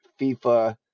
FIFA